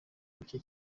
buke